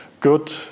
good